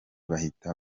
bahita